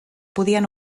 podien